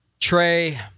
trey